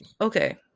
Okay